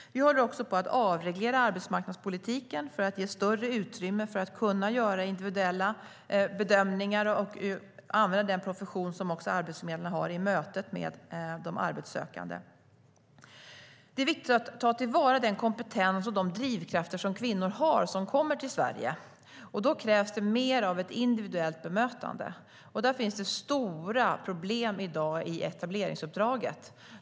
Vi håller också på att avreglera arbetsmarknadspolitiken för att ge större utrymme för individuella bedömningar. Det handlar också om att använda den professionalism som arbetsförmedlare har i mötet med de arbetssökande. Det är viktigt att ta till vara den kompetens och de drivkrafter som kvinnor som kommer till Sverige har. Då krävs det mer av ett individuellt bemötande. Det finns stora problem i dag i etableringsuppdraget.